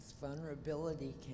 vulnerability